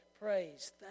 praise